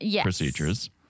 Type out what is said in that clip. procedures